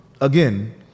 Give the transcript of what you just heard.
again